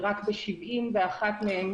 ורק ב-71 מהן,